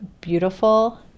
beautiful